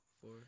Four